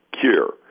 Cure